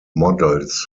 models